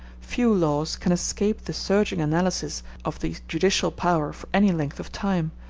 few laws can escape the searching analysis of the judicial power for any length of time,